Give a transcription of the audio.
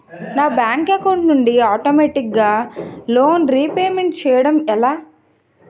నా bank account నుండి ఆటోమేటిగ్గా లోన్ రీపేమెంట్ చేయడం ఎలా?